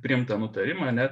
priimtą nutarimą ane